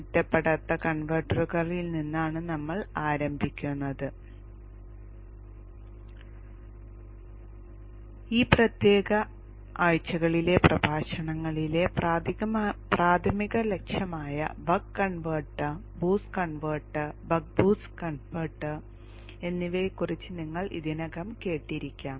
ഒറ്റപ്പെടാത്ത കൺവെർട്ടറുകളിൽ നിന്നാണ് നമ്മൾ ആരംഭിക്കുന്നത് ഈ പ്രത്യേക ആഴ്ചകളിലെ പ്രഭാഷണങ്ങളിലെ പ്രാഥമിക ലക്ഷ്യമായ buck converter boost converter buck boost കൺവെർട്ടറുകൾ എന്നിവയെക്കുറിച്ച് നിങ്ങൾ ഇതിനകം കേട്ടിരിക്കാം